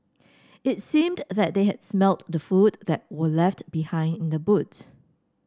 it seemed that they had smelt the food that were left behind in the boot